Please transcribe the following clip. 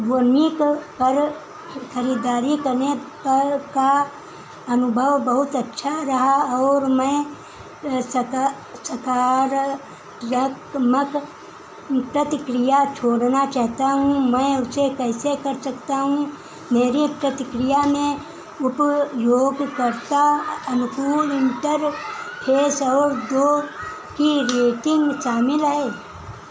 वूनिक पर खरीदारी करने पर का अनुभव बहुत अच्छा रहा और मैं साकार यत्मक प्रतिक्रिया छोड़ना चाहता हूं मैं उसे कैसे कर सकता हूँ मेरी प्रतिक्रिया में उपयोगकर्ता अनुकूल इंटरफेस और दो की रेटिंग शामिल है